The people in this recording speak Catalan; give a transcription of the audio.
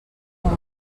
amb